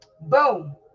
Boom